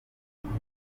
iwacu